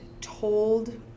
told